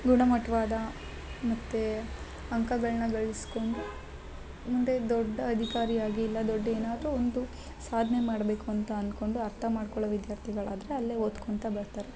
ಗುಣಮಟ್ಟವಾದ ಮತ್ತು ಅಂಕಗಳ್ನಗಳ್ಸ್ಕೊಂಡು ಮುಂದೆ ದೊಡ್ಡ ಅಧಿಕಾರಿಯಾಗಿ ಇಲ್ಲ ದೊಡ್ಡ ಏನಾದರು ಒಂದು ಸಾಧ್ನೆ ಮಾಡಬೇಕು ಅಂತ ಅನ್ಕೊಂಡು ಅರ್ಥ ಮಾಡ್ಕೊಳೊ ವಿದ್ಯಾರ್ಥಿಗಳಾದ್ರೆ ಅಲ್ಲೇ ಓದ್ಕೊಳ್ತಾ ಬರ್ತಾರೆ